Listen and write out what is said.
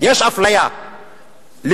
יש אפליה לכולם.